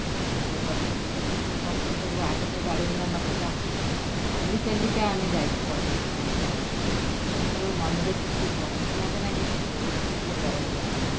ଡାକିଲେ ଜବାବ ଦିଅନ୍ତି ଯେତେ କଷ୍ଟ ପଡ଼ୁ ଆଗେ ତ ଗାଡ଼ି ଘୋଡ଼ା ନଥିଲା ଚାଲି ଚାଲିକା ଆମେ ଯାଇଛୁ ବଳଦଜିଉ ମନ୍ଦିର ସେତେବେଳେ ମନରେ ଟିକେ କଷ୍ଟ ଲାଗେ ନା କି ସେ ଗୋଡ଼କୁ ବି ଟିକେ ଦରଜ ଲାଗେନା